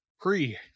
pre